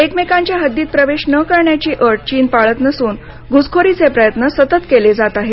एकमेकांच्या हद्दीत प्रवेश न करण्याची अट चीन पाळत नसून घुसखोरीचे प्रयत्न सतत केले जात आहेत